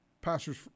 pastors